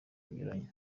binyuranye